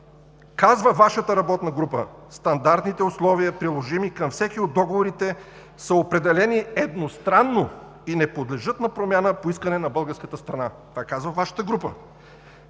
казва Вашата работна група, стандартните условия, приложими към всеки от договорите, са определени едностранно и не подлежат на промяна по искане на българската страна. Това казва Вашата група!